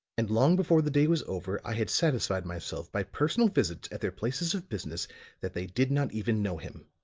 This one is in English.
and long before the day was over i had satisfied myself by personal visits at their places of business that they did not even know him.